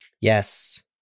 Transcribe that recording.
Yes